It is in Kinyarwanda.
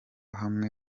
hamwe